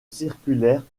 circulaire